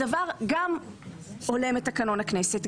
הדבר גם הולם את תקנון הכנסת,